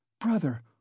Brother